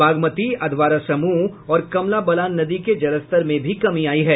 बागमती अधवारा समूह और कमला बलान नदी के जलस्तर में भी कमी आयी है